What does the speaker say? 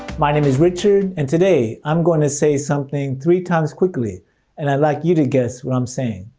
my name is richard and today, i'm going to say something three times quickly and i'd like you to guess what i'm saying.